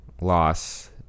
loss